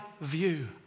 view